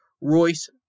Royce